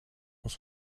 muss